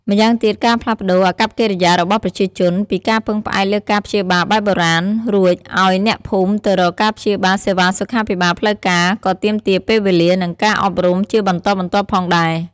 ម្យ៉ាងទៀត ការផ្លាស់ប្តូរ អាកប្បកិរិយារបស់ប្រជាជន ពីការពឹងផ្អែកលើការព្យាបាលបែបបុរាណ រួចអោយអ្នកភូមិទៅរកការព្យាបាលសេវាសុខាភិបាលផ្លូវការ ក៏ទាមទារពេលវេលា និងការអប់រំជាបន្តបន្ទាប់ផងដែរ។